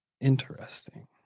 interesting